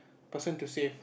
person to save